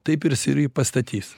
taip ir jis ir jį pastatys